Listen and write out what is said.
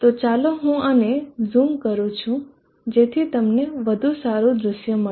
તો ચાલો હું આને ઝૂમ કરું જેથી તમને વધુ સારું દૃશ્ય મળે